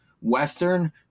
Western